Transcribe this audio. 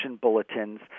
bulletins